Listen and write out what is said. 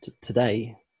today